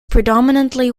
predominantly